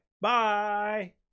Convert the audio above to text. Bye